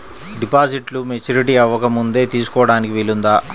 డిపాజిట్ను మెచ్యూరిటీ అవ్వకముందే తీసుకోటానికి వీలుందా?